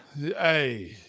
Hey